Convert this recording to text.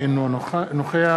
אינו נוכח